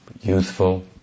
Youthful